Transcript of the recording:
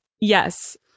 yes